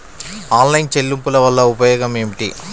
Online చెల్లింపుల వల్ల ఉపయోగమేమిటీ?